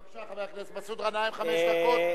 בבקשה, חבר הכנסת מסעוד גנאים, חמש דקות.